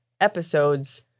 episodes